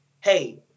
hey